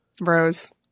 Rose